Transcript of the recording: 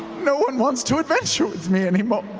no one wants to adventure with me anymore.